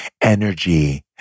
energy